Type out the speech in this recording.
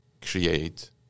create